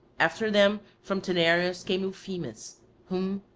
after them from taenarus came euphemus whom,